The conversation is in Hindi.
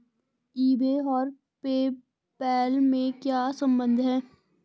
ई बे और पे पैल में क्या संबंध है?